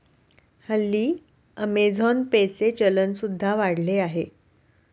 हल्ली Amazon pay चे चलन सुद्धा वाढले आहे